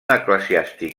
eclesiàstic